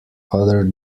other